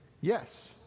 yes